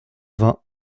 vingt